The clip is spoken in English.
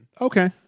Okay